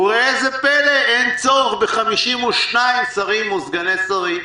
וראה זה פלא, אין צורך ב-52 שרים או סגני שרים,